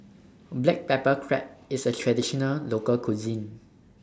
Black Pepper Crab IS A Traditional Local Cuisine